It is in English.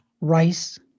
rice